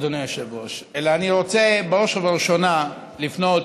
אדוני היושב-ראש אלא אני רוצה בראש ובראשונה לפנות